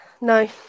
no